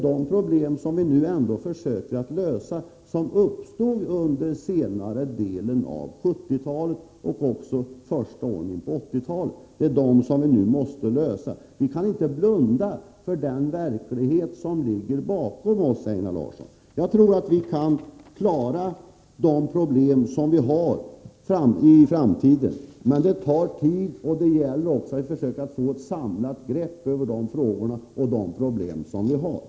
De problem som vi nu måste lösa uppstod under senare delen av 1970-talet och de första åren av 1980-talet. Vi kan inte blunda för den verklighet som ligger bakom oss, Einar Larsson. Jag tror att vi kan lösa de problem som uppkommer i framtiden, men det tar tid. Det gäller även att försöka få ett samlat grepp över de frågor och problem som föreligger.